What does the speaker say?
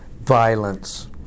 violence